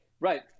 Right